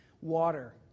water